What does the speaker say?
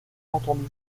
entendu